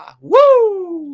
Woo